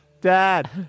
dad